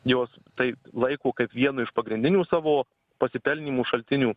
jos tai laiko kaip vienu iš pagrindinių savo pasipelninimų šaltinių